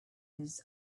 his